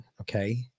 okay